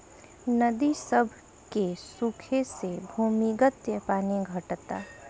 नदी सभ के सुखे से भूमिगत पानी घटता